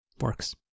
works